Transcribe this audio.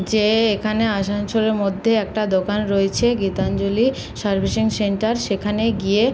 যে এখানে আসানসোলের মধ্যে একটা দোকান রয়েছে গীতাঞ্জলি সার্ভিসিং সেন্টার সেখানে গিয়ে